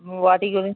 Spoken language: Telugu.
వాటి గురించి